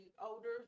older